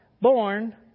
born